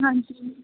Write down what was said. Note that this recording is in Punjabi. ਹਾਂਜੀ